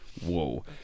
Whoa